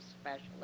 specialist